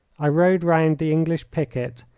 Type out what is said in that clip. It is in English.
i rode round the english picket,